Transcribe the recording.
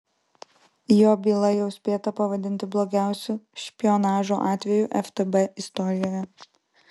jo byla jau spėta pavadinti blogiausiu špionažo atveju ftb istorijoje